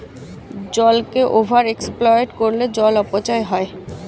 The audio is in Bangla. জলকে ওভার এক্সপ্লয়েট করলে জল অপচয় হয়